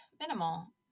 minimal